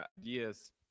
ideas